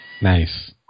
nice